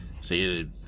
See